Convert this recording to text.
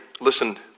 listen